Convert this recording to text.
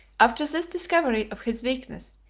after this discovery of his weakness,